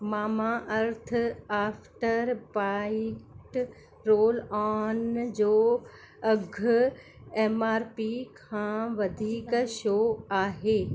Mamaearth after bite roll on जो अघु M R P खां वधीक छो आहे